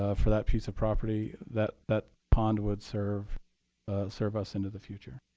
ah for that piece of property, that that pond would serve serve us into the future.